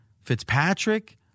Fitzpatrick